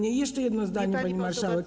I jeszcze jedno zdanie, pani marszałek.